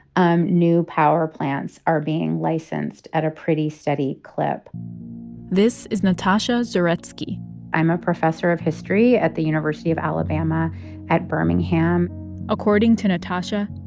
new power plants are being licensed at a pretty steady clip this is natasha zaretsky i'm a professor of history at the university of alabama at birmingham according to natasha,